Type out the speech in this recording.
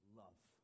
love